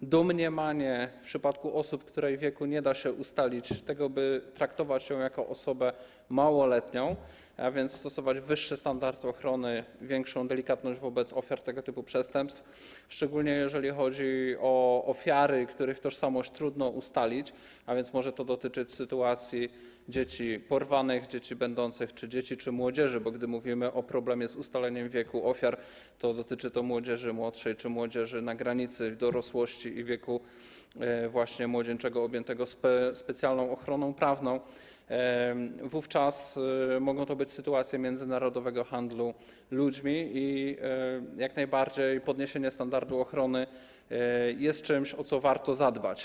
Jest domniemanie w przypadku osób, których wieku nie da się ustalić, tego, by traktować je jako osoby małoletnie, a więc stosować wyższe standardy ochrony, większą delikatność wobec ofiar tego typu przestępstw, szczególnie jeżeli chodzi o ofiary, których tożsamość trudno ustalić, a więc może to dotyczyć sytuacji dzieci porwanych - dzieci czy młodzieży, bo gdy mówimy o problemie z ustaleniem wieku ofiar, to dotyczy to młodzieży młodszej czy młodzieży na granicy dorosłości i wieku właśnie młodzieńczego objętych specjalną ochroną prawną - wówczas mogą to być sytuacje międzynarodowego handlu ludźmi i jak najbardziej podniesienie standardu ochrony jest czymś, o co warto zadbać.